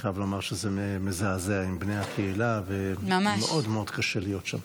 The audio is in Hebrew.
ואני חייב לומר שזה מזעזע ומאוד מאוד קשה להיות שם.